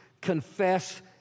confess